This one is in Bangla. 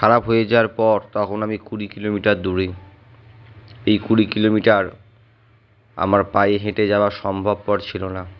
খারাপ হয়ে যাওয়ার পর তখন আমি কুড়ি কিলোমিটার দূরে এই কুড়ি কিলোমিটার আমার পায়ে হেঁটে যাওয়া সম্ভবপর ছিল না